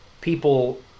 people